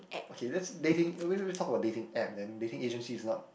okay let's dating maybe we we talk about dating app then dating agency is not